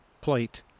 plate